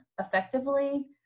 effectively